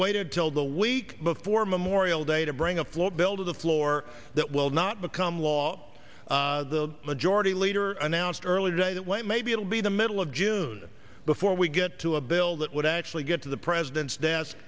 waited till the week before memorial day to bring a flow bill to the floor that will not become law the majority leader announced earlier today that way maybe it'll be the middle of june before we get to a bill that would actually get to the president's desk